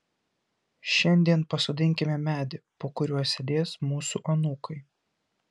šiandien pasodinkime medį po kuriuo sėdės mūsų anūkai